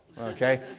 Okay